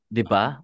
Diba